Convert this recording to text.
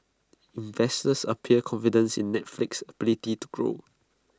investors appear confident in Netflix's ability to grow